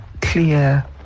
clear